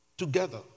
together